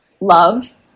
love